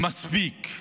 מספיק.